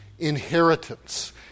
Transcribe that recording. inheritance